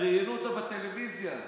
יפה, אז ראיינו אותה בטלוויזיה אתמול,